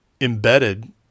embedded